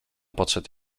podszedł